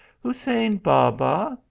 hussein baba,